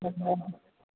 हा